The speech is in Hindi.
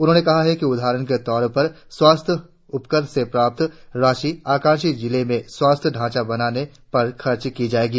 उन्होंने कहा कि उदाहरण के तौर पर स्वास्थ्य उपकर से प्राप्त राशि आकांक्षी जिलों में स्वास्थ्य ढांचा बनाने पर खर्च की जाएगी